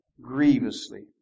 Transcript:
grievously